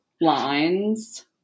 lines